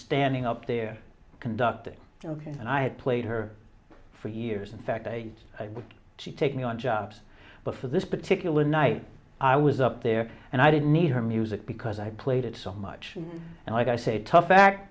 standing up there conducting ok and i had played her for years in fact aides to take me on jobs but for this particular night i was up there and i didn't need her music because i played it so much and i said tough back